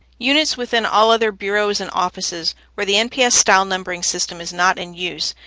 units within all other bureaus and offices, where the nps-style numbering system is not in use,